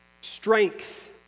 strength